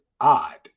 odd